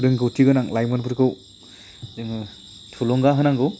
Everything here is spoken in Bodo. रोंगौथि गोनां लाइमोनफोरखौ जोङो थुलुंगा होनांगौ